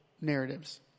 narratives